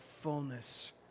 fullness